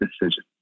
decision